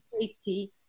safety